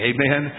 Amen